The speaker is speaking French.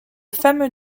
fameux